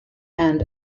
and